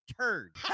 turd